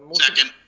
second.